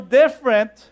different